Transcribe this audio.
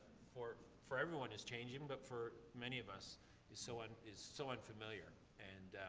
for, for everyone is changing, but for many of us is so un is so unfamiliar. and.